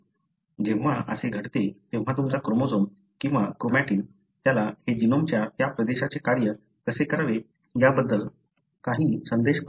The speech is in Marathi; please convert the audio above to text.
जेव्हा असे घडते तेव्हा तुमचा क्रोमोझोम किंवा क्रोमॅटिन त्याला ते जीनोमच्या त्या प्रदेशाचे कार्य कसे करावे याबद्दल काही संदेश प्राप्त होतो